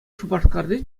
шупашкарти